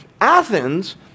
Athens